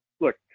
look